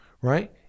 right